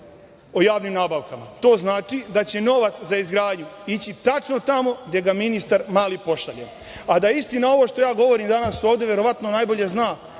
o javnim nabavkama. To znači da će novac za izgradnju ići tačno tamo gde ga ministar Mali pošalje. Da je isti ovo što ja govorim danas ovde, verovatno najbolje zna